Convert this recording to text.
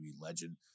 legend